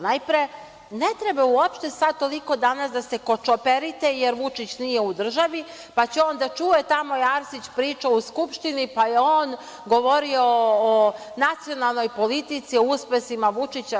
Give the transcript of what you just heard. Najpre, ne treba uopšte sada toliko danas da se kočoperite, jer Vučić nije u državi, pa će on da čuje da je tamo Arsić pričao u Skupštini, pa je on govorio o nacionalnoj politici, o uspesima Vučića.